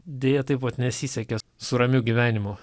deja taip vat nesisekė su ramiu gyvenimu